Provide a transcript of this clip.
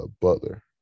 Butler